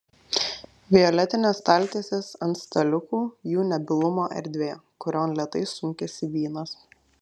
violetinės staltiesės ant staliukų jų nebylumo erdvė kurion lėtai sunkiasi vynas